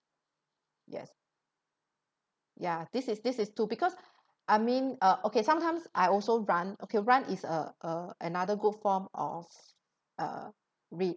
yes ya this is this is too because I mean uh okay sometimes I also run okay run is a a another good form of uh